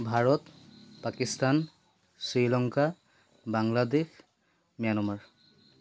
Bharat Pakistan Sri Lanka Bangladesh Myanmar